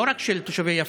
לא רק של תושבי יפו,